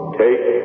take